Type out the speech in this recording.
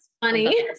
funny